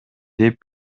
деп